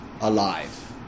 alive